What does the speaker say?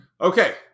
Okay